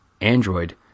Android